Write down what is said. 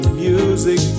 music